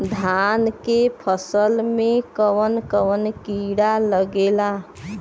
धान के फसल मे कवन कवन कीड़ा लागेला?